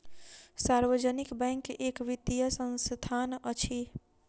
सार्वजनिक बैंक एक वित्तीय संस्थान अछि